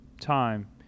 time